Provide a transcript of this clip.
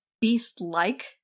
beast-like